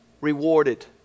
rewarded